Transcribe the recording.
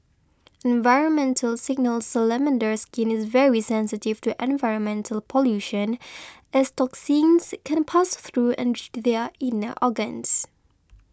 environmental signals Salamander skin is very sensitive to environmental pollution as toxins can pass through and reach their inner organs